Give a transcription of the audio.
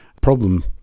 problem